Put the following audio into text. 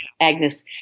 Agnes